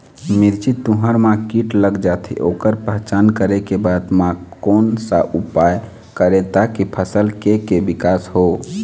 मिर्ची, तुंहर मा कीट लग जाथे ओकर पहचान करें के बाद मा कोन सा उपाय करें ताकि फसल के के विकास हो?